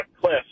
cliff